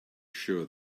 sure